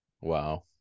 Wow